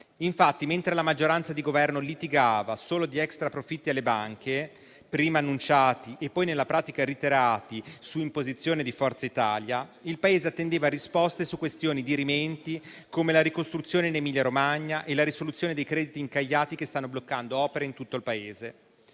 rilevanza. Mentre la maggioranza di Governo litigava solo di extraprofitti alle banche, prima annunciati e poi nella pratica ritirati su imposizione di Forza Italia, il Paese attendeva risposte su questioni dirimenti come la ricostruzione in Emilia-Romagna e la risoluzione dei crediti incagliati che stanno bloccando opere in tutto il